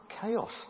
Chaos